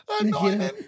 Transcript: Anointing